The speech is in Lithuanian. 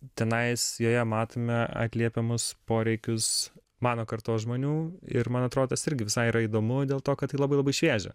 tenais joje matome atliepiamus poreikius mano kartos žmonių ir man atrodo tas irgi visai yra įdomu dėl to kad tai labai labai šviežia